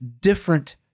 different